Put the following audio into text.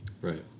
right